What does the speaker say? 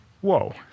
Whoa